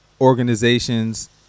organizations